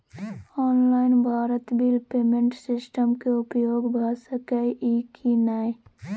Online Bharat bill payment system के उपयोग भ सके इ की नय?